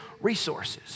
resources